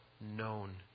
known